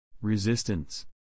Resistance